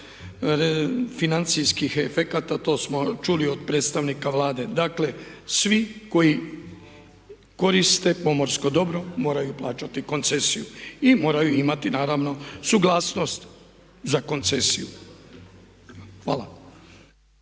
financijskih efekata to smo čuli od predstavnika Vlade. Dakle svi koji koriste pomorsko dobro moraju plaćati koncesiji i moraju imati naravno suglasnost za koncesiju. Hvala.